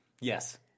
Yes